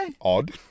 Odd